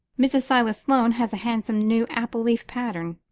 mrs. silas sloane has a handsome new apple-leaf pattern.